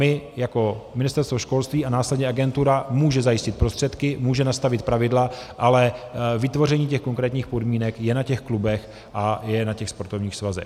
My jako Ministerstvo školství a následně agentura může zajistit prostředky, může nastavit pravidla, ale vytvoření těch konkrétních podmínek je na klubech a na těch sportovních svazech.